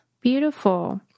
beautiful